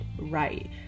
right